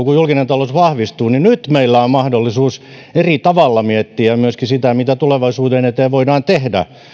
kun julkinen talous vahvistuu meillä on nyt mahdollisuus eri tavalla miettiä myöskin sitä mitä tulevaisuuden eteen voidaan tehdä